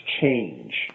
change